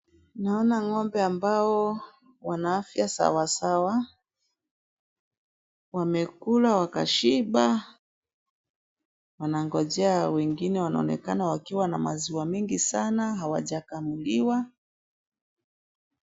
Naona ng'ombe ambao wana afya sawa sawa. Wamekula wakashiba .Wanangojea wengine wanaonekana wakiwa na maziwa mengi sana ,hawajakamuliwa.